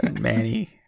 Manny